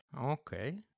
Okay